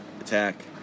Attack